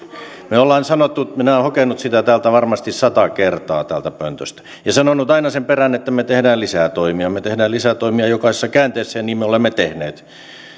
vaatimuksiin minä olen hokenut sitä täältä pöntöstä varmasti sata kertaa ja sanonut aina sen perään että me teemme lisää toimia me teemme lisää toimia jokaisessa käänteessä ja niin me olemme tehneet